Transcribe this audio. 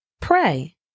pray